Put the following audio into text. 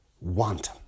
want